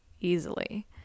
easily